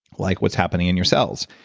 like what's happening in your cells.